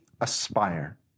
aspire